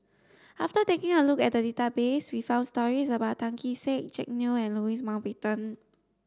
after taking a look at the database we found stories about Tan Kee Sek Jack Neo and Louis Mountbatten